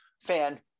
fan